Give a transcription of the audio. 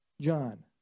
John